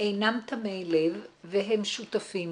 אינם תמי לב והם שותפים